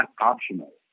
optional